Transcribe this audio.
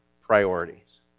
priorities